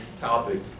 topics